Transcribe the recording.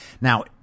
Now